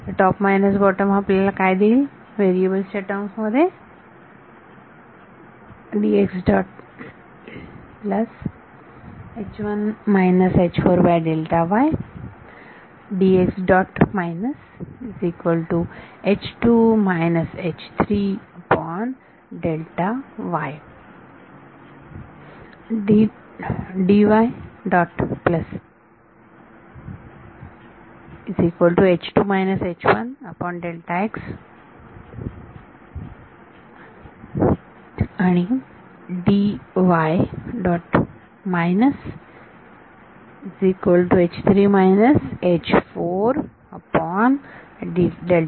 तर top minus bottom हा आपल्याला काय देईल व्हेरिएबल्स च्या टर्म मध्ये